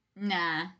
Nah